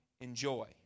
enjoy